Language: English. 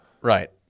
Right